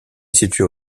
située